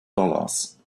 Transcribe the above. dollars